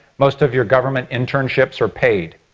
most of your government internships are paid.